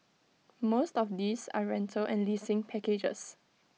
most of these are rental and leasing packages